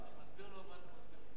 אני מסביר לו מה אתה מסביר.